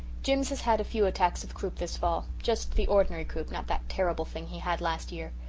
jims has had a few attacks of croup this fall just the ordinary croup not that terrible thing he had last year.